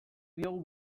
diogu